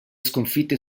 sconfitte